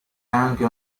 anche